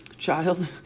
child